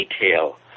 detail